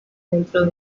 dentro